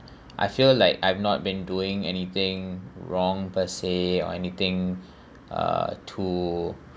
I feel like I've not been doing anything wrong per se or anything uh to